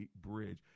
bridge